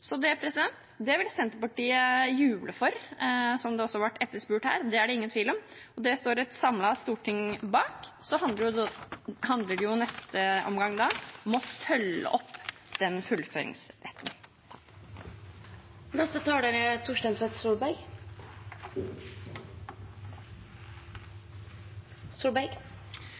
Så det vil Senterpartiet juble for, som det også har vært etterspurt her. Det er det ingen tvil om, det står et samlet storting bak. Så handler det i neste omgang om å følge opp